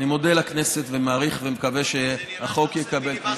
אני מודה לכנסת ומעריך ומקווה שהחוק יתקבל.